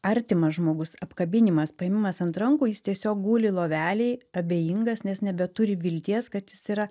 artimas žmogus apkabinimas paėmimas ant rankų jis tiesiog guli lovelėj abejingas nes nebeturi vilties kad jis yra